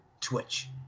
Twitch